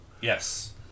Yes